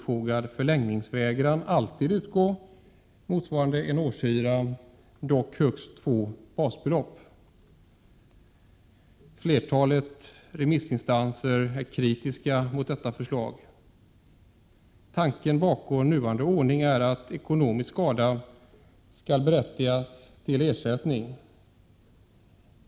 Flertalet remissinstanser är kritiska mot detta förslag. Tanken bakom nuvarande ordning är att ekonomisk skada skall berättiga till ersättning.